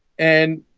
and